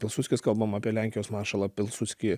pilsudskis kalbam apie lenkijos maršalą pilsudskį